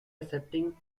accepting